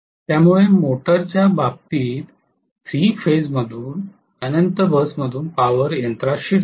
त्यामुळे मोटरच्या बाबतीत 3 फेज मधुन इन्फिनिटी बस मधून पॉवर यंत्रात शिरते